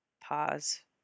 Pause